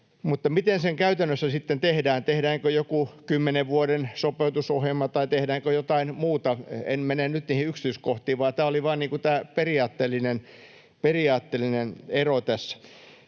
miten se käytännössä sitten tehdään, tehdäänkö joku kymmenen vuoden sopeutusohjelma tai tehdäänkö jotain muuta? En mene nyt niihin yksityiskohtiin, vaan tämä oli vain tämä periaatteellinen ero tässä.